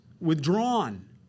withdrawn